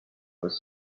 was